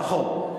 נכון.